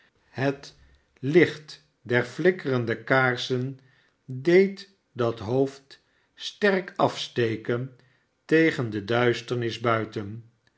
het licht der flikkerende kaarsen deed dat hoofd sterk afsteken tegen de duisternis buiten